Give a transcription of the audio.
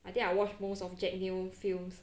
I think I watch most of jack neo films